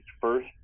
first